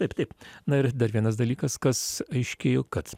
taip taip na ir dar vienas dalykas kas aiškėjo kad